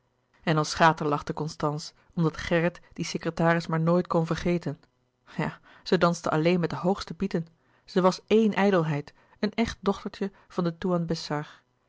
kleine zielen lachte constance omdat gerrit dien secretaris maar nooit kon vergeten ja ze danste alleen met de hoogste pieten ze was eén ijdelheid een echt dochtertje van den toean besar